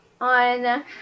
on